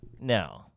No